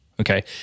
Okay